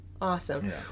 Awesome